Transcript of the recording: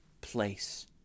place